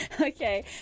Okay